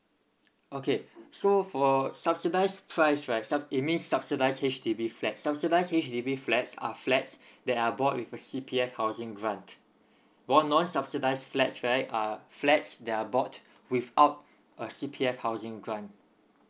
okay so for subsidised price right sub it means subsidised H_D_B flat subsidised H_D_B flats are flats that are bought with a C P F housing grant while non subsidised flats right are flats that are bought without a C P F housing grant